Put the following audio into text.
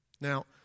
Now